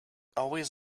always